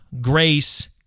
grace